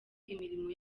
imirimo